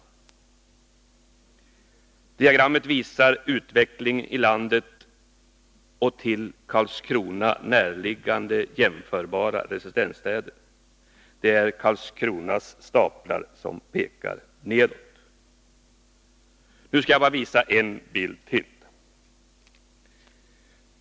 Bild 3:s diagram visar utvecklingen i landet och till Karlskrona näraliggande jämförbara residensstäder. Det är Karlskronas staplar som pekar nedåt. Nu skall jag bara visa en bild till.